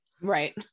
Right